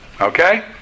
Okay